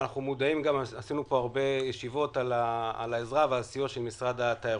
אנחנו מודעים לו ועשינו הרבה ישיבות על העזרה והסיוע של משרד התיירות.